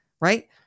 right